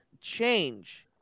change